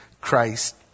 Christ